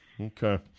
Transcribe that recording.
okay